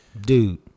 Dude